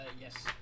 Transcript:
Yes